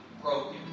broken